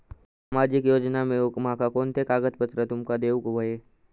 सामाजिक योजना मिलवूक माका कोनते कागद तुमका देऊक व्हये?